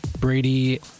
Brady